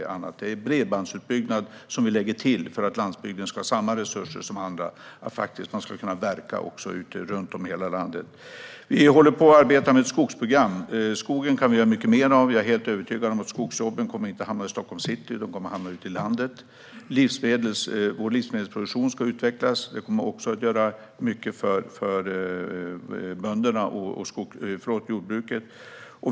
Det gäller också bredbandsutbyggnad, som vi lägger till för att landsbygden ska ha samma resurser som andra ställen. Man ska kunna verka runt om i hela landet. Vi håller också på och arbetar med ett skogsprogram. Skogen kan vi göra mycket mer av, och jag är helt övertygad om att skogsjobben inte kommer att hamna i Stockholms city utan ute i landet. Även vår livsmedelsproduktion ska utvecklas, vilket kommer att göra mycket för bönderna och jordbruket.